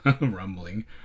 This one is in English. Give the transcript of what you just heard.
rumbling